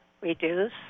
reduce